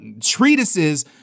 treatises